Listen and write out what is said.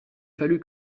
fallu